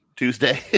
Tuesday